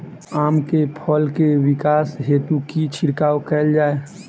आम केँ फल केँ विकास हेतु की छिड़काव कैल जाए?